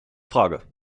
frage